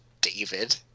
David